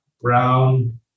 brown